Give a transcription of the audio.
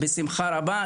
בשמחה רבה,